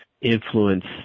influence